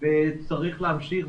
וצריך להמשיך.